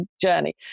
journey